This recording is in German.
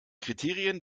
kriterien